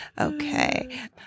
Okay